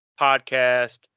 podcast